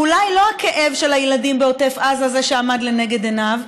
אולי לא הכאב של הילדים בעוטף עזה הוא זה שעמד לנגד עיניו,